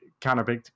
counterpicked